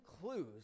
clues